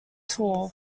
tall